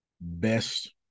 best